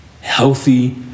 healthy